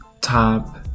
top